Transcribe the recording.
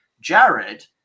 Jared